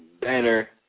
banner